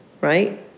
right